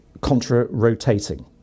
contra-rotating